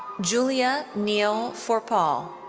julia nea vorpahl.